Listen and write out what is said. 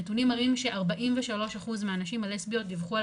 הנתונים מראים ש-43 אחוז מהנשים הלסביות דיווחו על